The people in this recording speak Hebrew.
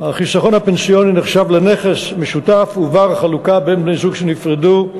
החיסכון הפנסיוני נחשב לנכס משותף ובר-חלוקה בין בני-זוג שנפרדו,